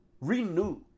renew